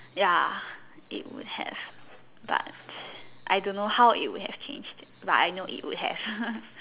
ya it would have but I don't know how it would have changed it but I know it would have